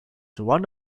one